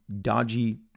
dodgy